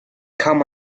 come